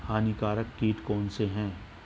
हानिकारक कीट कौन कौन से हैं?